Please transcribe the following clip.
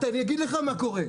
אני אגיד לך מה קורה.